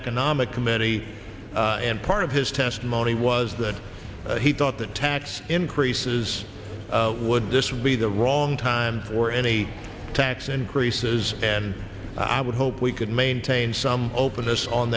economic committee and part of his testimony was that he thought that tax increases what would this would be the wrong time or any tax increases and i would hope we could maintain some openness on